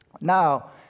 Now